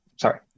sorry